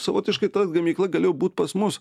savotiškai ta gamykla galėjo būt pas mus